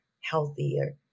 healthier